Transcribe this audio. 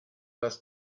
das